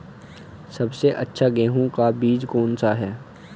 सबसे अच्छा गेहूँ का बीज कौन सा है?